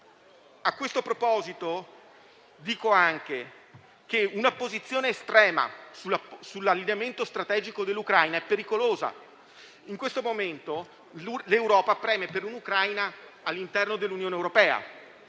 A questo proposito, dico anche che una posizione estrema sull'allineamento strategico dell'Ucraina è pericolosa. In questo momento, l'Europa preme per un'Ucraina all'interno dell'Unione europea